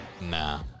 Nah